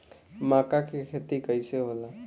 मका के खेती कइसे होला?